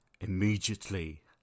Immediately